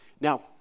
Now